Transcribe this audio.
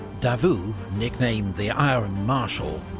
davout, nicknamed the iron marshal,